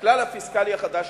הכלל הפיסקלי החדש,